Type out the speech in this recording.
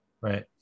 Right